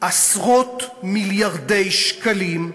עשרות-מיליארדי שקלים,